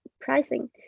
pricing